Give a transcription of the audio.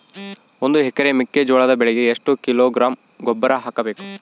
ಒಂದು ಎಕರೆ ಮೆಕ್ಕೆಜೋಳದ ಬೆಳೆಗೆ ಎಷ್ಟು ಕಿಲೋಗ್ರಾಂ ಗೊಬ್ಬರ ಹಾಕಬೇಕು?